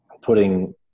putting